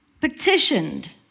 petitioned